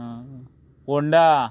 Ponda